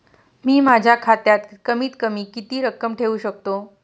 मी माझ्या खात्यात कमीत कमी किती रक्कम ठेऊ शकतो?